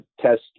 test